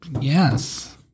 Yes